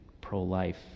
pro-life